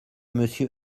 monsieur